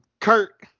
Kurt